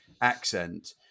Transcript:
accent